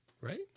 right